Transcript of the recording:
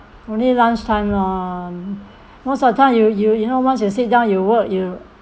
only lunchtime lor most of the time you you you know once you sit down you work you